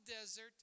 desert